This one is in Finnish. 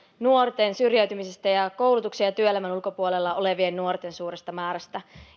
nuorten syrjäytymisestä ja koulutuksen ja työelämän ulkopuolella olevien nuorten suuresta määrästä